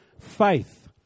faith